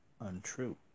untrue